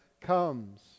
comes